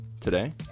today